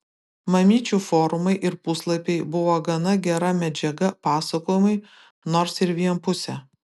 mamyčių forumai ir puslapiai buvo gana gera medžiaga pasakojimui nors ir vienpusė